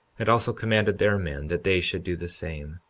and also commanded their men that they should do the same.